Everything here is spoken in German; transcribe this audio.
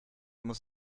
muss